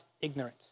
ignorant